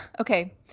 Okay